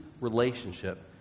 relationship